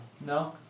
No